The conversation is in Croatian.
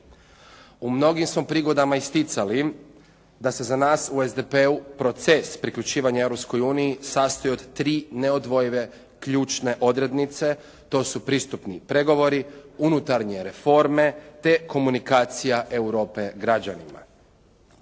U mnogim smo prigodama isticali da se za nas u SDP-u proces priključivanja Europskoj uniji sastoji od tri neodvojive ključne odrednice, to su pristupni pregovori, unutarnje reforme te komunikacija Europe građanima.